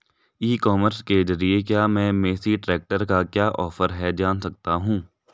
ई commerce के ज़रिए क्या मैं मेसी ट्रैक्टर का क्या ऑफर है जान सकता हूँ?